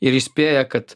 ir įspėja kad